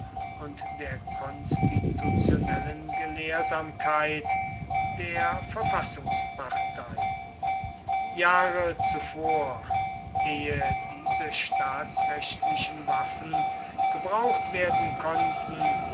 und der konstitutionellen gelehrsamkeit der verfassungspartei jahre zuvor ehe diese staatsrechtlichen waffen gebraucht werden konnten